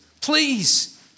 please